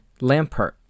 Lampert